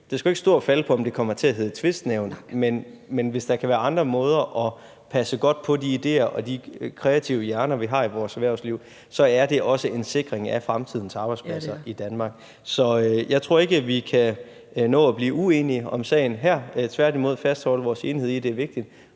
det ikke skal stå og falde med, om det kommer til at hedde tvistnævn, men hvis der kan være andre måder at passe godt på de ideer og de kreative hjerner, vi har, i vores erhvervsliv, så er det også en sikring af fremtidens arbejdspladser i Danmark. Så jeg tror ikke, vi kan nå at blive uenige om sagen her, men tværtimod fastholde vores enighed om, at det er vigtigt,